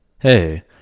Hey